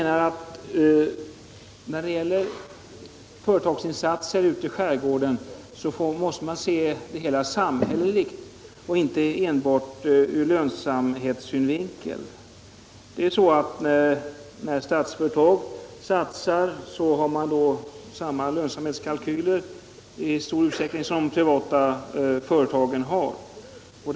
När det gäller företagsinsatser ute i skärgården måste man se det hela samhälleligt och inte enbart ur lönsamhetssynvinkel. När statliga företag satsar gör man det i enlighet med samma lönsamhetskalkyler som de privata företagen arbetar efter.